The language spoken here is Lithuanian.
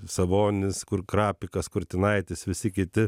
sabonis kur krapikas kurtinaitis visi kiti